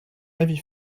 avis